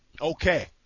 okay